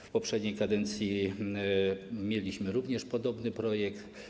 W poprzedniej kadencji mieliśmy również podobny projekt.